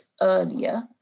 earlier